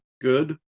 Good